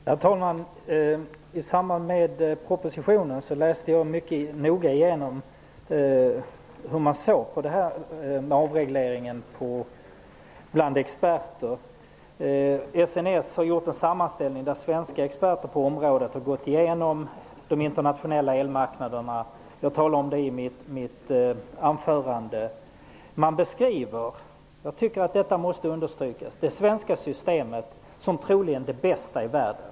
Herr talman! I samband med propositionen läste jag mycket noga igenom hur experter såg på avregleringen. SNS har gjort en sammanställning där svenska experter på området har gått igenom de internationella elmarknaderna. Jag talade om det i mitt anförande. Man beskriver -- jag tycker att detta måste understrykas -- det svenska systemet som det troligen bästa i världen.